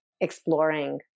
exploring